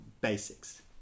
basics